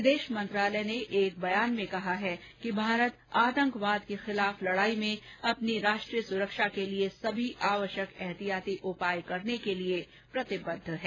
विदेश मंत्रालय ने एक बयान में कहा है कि भारत आतंकवाद के खिलाफ लडाई में अपनी राष्ट्रीय सुरक्षा के लिए सभी आवश्यक एहतियाती उपाय करने के लिए प्रतिबद्ध है